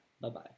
Bye-bye